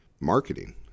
marketing